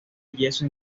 yeso